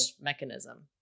mechanism